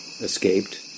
escaped